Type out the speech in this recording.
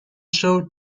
show